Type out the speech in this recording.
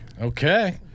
Okay